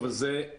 השלמה.